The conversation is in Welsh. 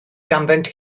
ganddynt